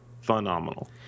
phenomenal